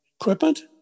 equipment